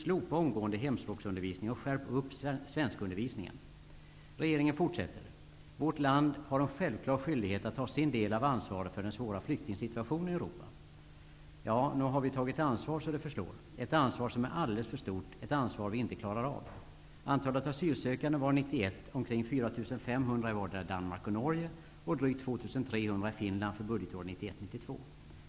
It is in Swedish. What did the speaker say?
Slopa omgående hemspråksundervisningen och skärp upp svenskundervisningen. Regeringen fortsätter: ''Vårt land har en själv klar skyldighet att ta sin del av ansvaret för den svåra flyktingsituationen i Europa.'' Ja, nog har vi tagit ansvar så det förslår. Det är ett ansvar som är alldeles för stort -- ett ansvar vi inte klarar av. Antalet asylsökande var år 1991 omkring 4 500 i vardera Danmark och Norge och drygt 2 300 i Fin land för budgetåret 1991/92.